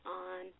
on